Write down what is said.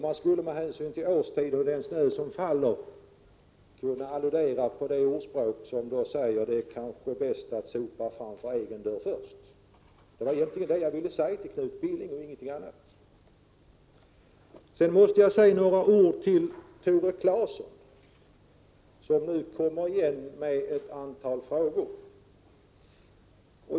Man skulle med hänvisning till årstiden och den snö som faller kunna alludera på det ordspråk som säger: Det är bäst att sopa framför egen dörr först. Det var egentligen detta jag ville säga till Knut Billing och ingenting annat. Sedan måste jag säga några ord till Tore Claeson, som nu kommer igen med ett antal frågor.